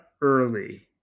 early